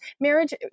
marriage